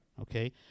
okay